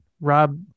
Rob